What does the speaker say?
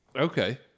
Okay